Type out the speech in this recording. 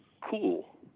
cool